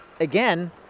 again